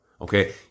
okay